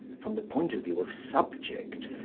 from the point of view of subject,